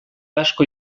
asko